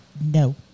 no